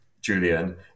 Julian